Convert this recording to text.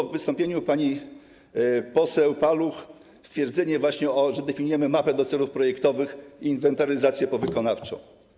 W wystąpieniu pani poseł Paluch było stwierdzenie, że definiujemy mapę do celów projektowych i inwentaryzację powykonawczą.